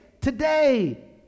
today